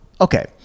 Okay